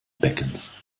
beckens